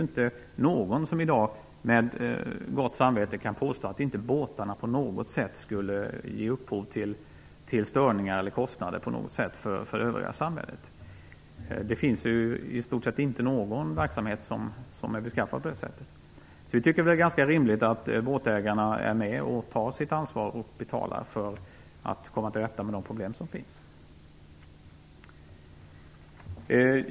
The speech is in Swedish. Ingen kan i dag med gott samvete påstå att båtarna inte på något sätt ger upphov till störningar eller kostnader för övriga samhället. Det finns i stort sett inte någon verksamhet som är beskaffad på det sättet. Vi tycker att det är ganska rimligt att båtägarna är med och tar sitt ansvar och betalar för att vi skall kunna komma till rätta med de problem som finns.